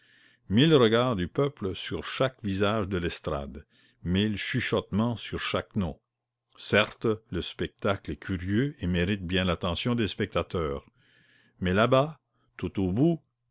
mille regards du peuple sur chaque visage de l'estrade mille chuchotements sur chaque nom certes le spectacle est curieux et mérite bien l'attention des spectateurs mais là-bas tout au bout